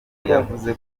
yavuze